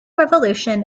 revolution